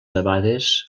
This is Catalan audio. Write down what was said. debades